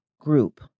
group